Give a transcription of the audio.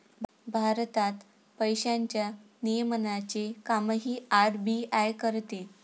भारतात पैशांच्या नियमनाचे कामही आर.बी.आय करते